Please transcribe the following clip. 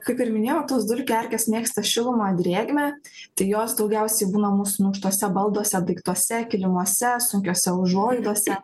kaip ir minėjau tos dulkių erkės mėgsta šilumą drėgmę jos daugiausiai būna mūsų minkštuose balduose daiktuose kilimuose sunkiose užuolaidose